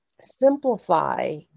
simplify